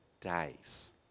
days